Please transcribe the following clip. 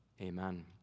amen